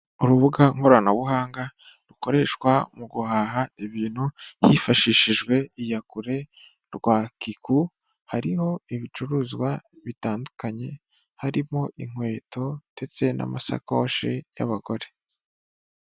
Urubuga nkoranabuhanga rukoreshwa mu guhaha ibintu hifashishijwe iya kure rwa kiku hariho ibicuruzwa bitandukanye harimo inkweto ndetse n'amasakoshi y'abagore.